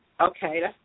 Okay